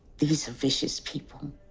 these are vicious people.